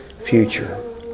future